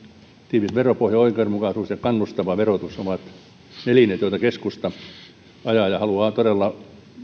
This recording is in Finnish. tiivis veropohja oikeudenmukaisuus ja kannustava verotus ovat ne linjat joita keskusta ajaa ja haluaa todella